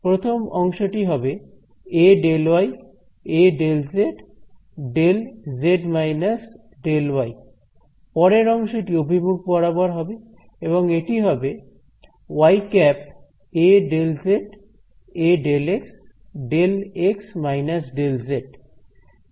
প্রথম অংশটি হবে A ∂y A ∂z ∂ z −∂ y পরের অংশটি অভিমুখ বরাবর হবে এবং এটি হবে yˆ A ∂z A ∂x ∂ x −∂ z তৃতীয় অংশটিও একই ভাবে হবে